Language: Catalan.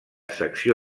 secció